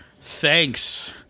Thanks